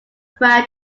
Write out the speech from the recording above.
prior